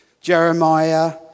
Jeremiah